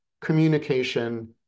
communication